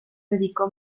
dedicó